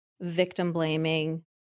victim-blaming